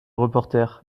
reporter